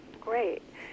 great